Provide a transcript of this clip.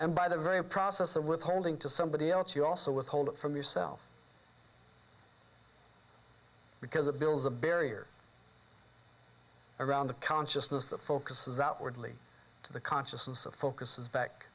and by the very process of withholding to somebody else you also withhold it from yourself because it builds a barrier around the consciousness the focus is outwardly to the consciousness of focuses back